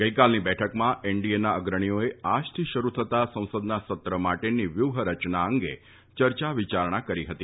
ગઈકાલની બેઠકમાં એનડીએના અગ્રણીઓએ આજથી શરૂ થતાં સંસદના સત્ર માટેની વ્યુહરચના અંગે ચર્ચા વિયારણા કરી હતી